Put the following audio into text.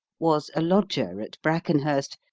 was a lodger at brackenhurst,